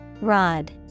Rod